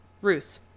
Ruth